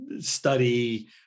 study